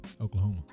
oklahoma